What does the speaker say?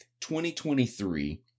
2023